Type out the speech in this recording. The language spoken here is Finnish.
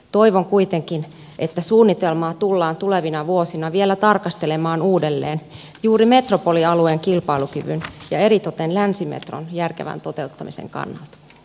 toivon kuitenkin että suunnitelmaa tullaan tulevina vuosina vielä tarkastelemaan uudelleen juuri metropolialueen kilpailukyvyn ja eritoten länsimetron järkevän toteuttamisen kannalta